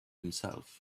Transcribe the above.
himself